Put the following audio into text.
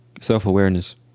self-awareness